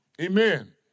Amen